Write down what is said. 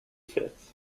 fifth